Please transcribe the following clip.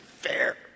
fair